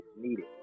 needed